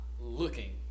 looking